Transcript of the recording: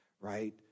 right